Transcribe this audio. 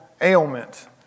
ailment